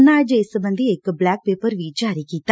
ਉਨ੍ਹਾਂ ਅੱਜ ਇਸ ਸਬੰਧੀ ਇਕ ਬਲੈਕ ਪੇਪਰ ਵੀ ਜਾਰੀ ਕੀਤਾ